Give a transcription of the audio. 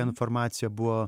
informacija buvo